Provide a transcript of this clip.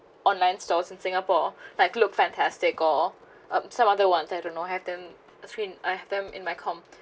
online stores in singapore like look fantastic or uh some other ones I don't know have them screen I have them in my comp